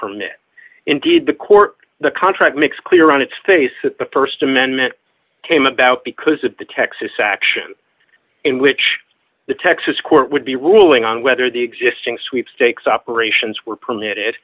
permit indeed the court the contract makes clear on its face that the st amendment came about because of the texas action in which the texas court would be ruling on whether the existing sweepstakes operations were printed